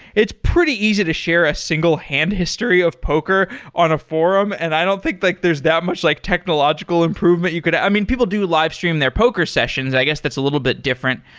it's pretty easy to share a single hand history of poker on a forum, and i don't think like there's that much like technological improvement you could i mean, people do live stream their poker sessions. i guess that's a little bit different.